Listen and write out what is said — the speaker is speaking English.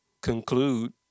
conclude